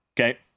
Okay